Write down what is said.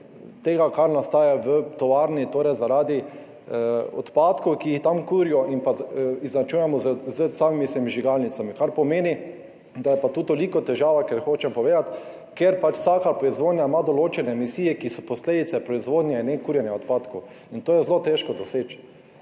tega, kar nastaja v tovarni zaradi odpadkov, ki jih tam kurijo, in izenačujemo s samimi sežigalnicami. Kar pomeni, da je pa tu tolikšna težava, kar hočem povedati, ker pač ima vsaka proizvodnja določene emisije, ki so posledica proizvodnje, in ne kurjenja odpadkov. In to je zelo težko doseči.